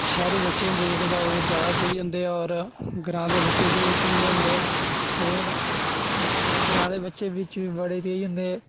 शैह्रू बच्चे होंदे जेह्ड़े ते ओह् जादा तेज होंदे और ग्रांऽ दे बच्चे जेह्ड़े ढि'ल्ले होंदे न ते ग्रांऽ दे बच्चे बिच बड़े तेज होंदे